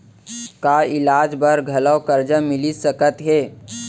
का इलाज बर घलव करजा मिलिस सकत हे?